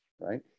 right